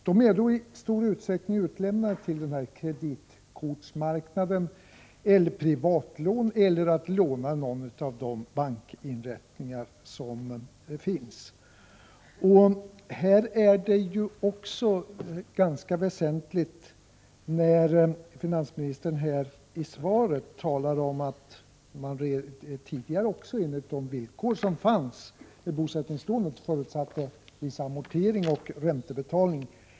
De är i stor utsträckning utlämnade till kreditkortsmarknaden, till att ta privata lån eller till att låna i de bankinrättningar som finns. Finansministern nämnde i svaret att det även enligt de villkor som gällde tidigare i fråga om bosättningslånen förutsattes vissa amorteringar och räntebetalningar.